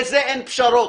בזה אין פשרות.